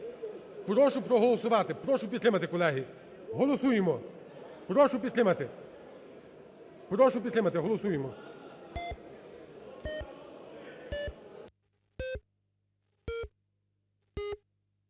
Прошу проголосувати, прошу підтримати, колеги. Голосуємо, прошу підтримати. Прошу підтримати, голосуємо.